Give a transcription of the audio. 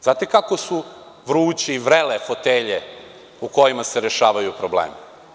Znate li kako su vruće i vrele fotelje u kojima se rešavaju problemi?